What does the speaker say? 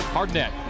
Hardnett